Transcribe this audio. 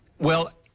well,